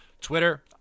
Twitter